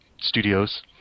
studios